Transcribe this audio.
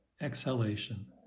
exhalation